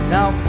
Now